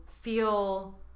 feel